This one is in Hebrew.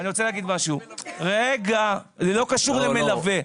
לא קשור למלווה.